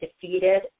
defeated